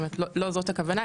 לא זאת הכוונה,